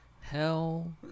Hell